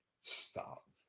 Stop